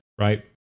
right